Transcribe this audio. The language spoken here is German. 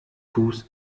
fuß